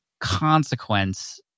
consequence